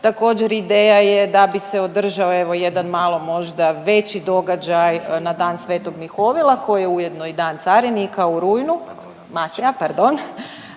Također ideja je da bi se održao evo jedan malo možda veći događaj na Dan sv. Mihovila, koji je ujedno i Dan carinika u rujnu…/Upadica se ne